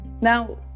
Now